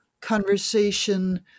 conversation